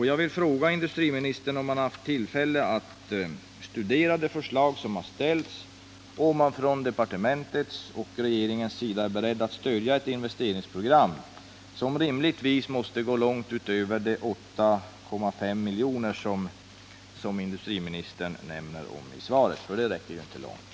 Jag vill fråga industriministern, om han har haft tillfälle att studera de förslag som ställts och om man från departementets och regeringens sida är beredd att stödja ett investeringsprogram, som rimligtvis måste gå långt utöver det som åsyftas i svaret, dvs. 8,5 milj.kr., som ju inte räcker långt.